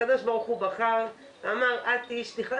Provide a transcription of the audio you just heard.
הקדוש ברוך הוא בחר ואמר את תהיי שליחה